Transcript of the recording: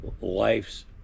life's